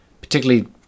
particularly